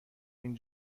این